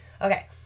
Okay